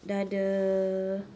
dah ada